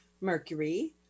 Mercury